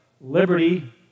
Liberty